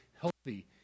healthy